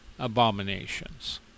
abominations